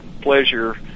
pleasure